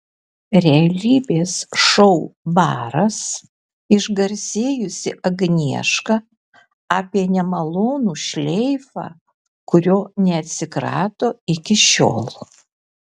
realybės šou baras išgarsėjusi agnieška apie nemalonų šleifą kurio neatsikrato iki šiol